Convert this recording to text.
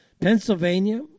Pennsylvania